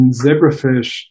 zebrafish